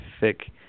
thick